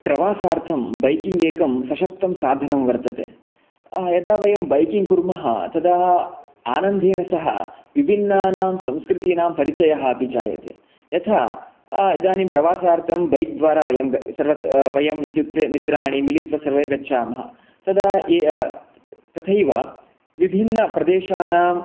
प्रवासार्थं बैकिङ्ग् एकं सशक्तं साधनं वर्तते यदा वयं बैकिङ्ग् कुर्मः तदा आनन्देन सह विभिन्नानां संस्कृतीनां परिचयः अपि जायते यथा इदानीं प्रवासार्थं बैक् द्वारा वयं वयं इत्युके मित्राणि मिलित्वा सर्वे गच्छामः तदा तथैव विभिन्नप्रदेशानां